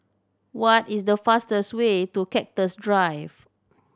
what is the fastest way to Cactus Drive